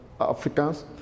Africans